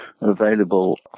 available